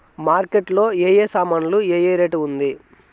Market లో ఏ ఏ సామాన్లు ఏ ఏ రేటు ఉంది?